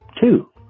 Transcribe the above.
Two